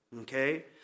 okay